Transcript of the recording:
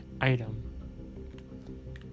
item